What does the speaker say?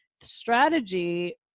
Strategy